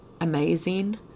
amazing